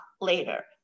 later